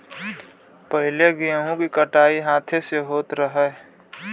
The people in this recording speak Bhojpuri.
पहिले गेंहू के कटाई हाथे से होत रहे